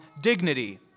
Dignity